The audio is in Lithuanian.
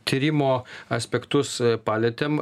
tyrimo aspektus palietėm